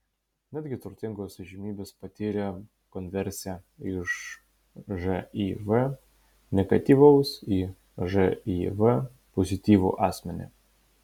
netgi turtingos įžymybės patyrė konversiją iš živ negatyvaus į živ pozityvų asmenį